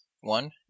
one